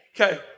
Okay